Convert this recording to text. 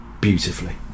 beautifully